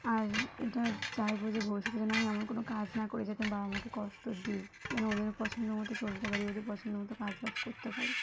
আর এটা চাইব যে ভবিষ্যতে যেন আমি এমন কোনো কাজ না করি যাতে বাবা মাকে কষ্ট দিই যেন ওদের পছন্দ মতো চলতে পারি ওদের পছন্দ মতো কাজ বাজ করতে পারি